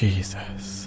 Jesus